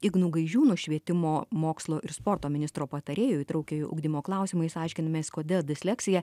ignu gaižiūnu švietimo mokslo ir sporto ministro patarėju įtraukiojo ugdymo klausimais aiškinamės kodėl disleksija